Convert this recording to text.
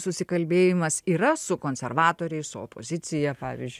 susikalbėjimas yra su konservatoriais su opozicija pavyzdžiui